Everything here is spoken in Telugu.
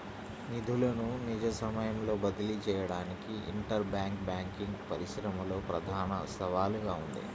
నిధులను నిజ సమయంలో బదిలీ చేయడానికి ఇంటర్ బ్యాంక్ బ్యాంకింగ్ పరిశ్రమలో ప్రధాన సవాలుగా ఉంది